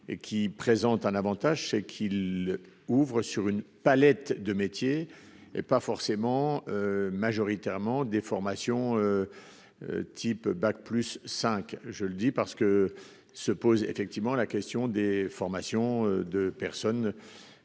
et qui présente un Avantage c'est qu'ils ouvrent sur une palette de métiers et pas forcément. Majoritairement des formation. Type bac plus 5. Je le dis parce que se pose effectivement la question des formations de personnes.